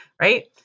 right